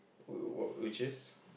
oo what which is